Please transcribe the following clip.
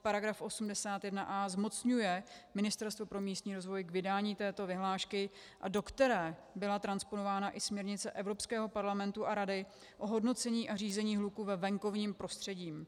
Paragraf 81a zmocňuje Ministerstvo pro místní rozvoj k vydání této vyhlášky, do které byla transponována i směrnice Evropského parlamentu a Rady o hodnocení a řízení hluku ve venkovním prostředí.